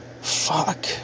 Fuck